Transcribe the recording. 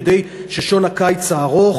כדי ששעון הקיץ הארוך,